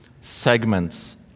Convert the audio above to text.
segments